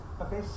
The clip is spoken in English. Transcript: Okay